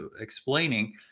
explaining